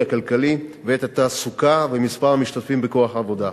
הכלכלי ואת התעסוקה ומספר המשתתפים בכוח העבודה.